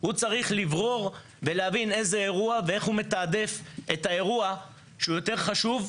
הוא צריך לברור איך הוא מתעדף את האירוע שהוא יותר חשוב,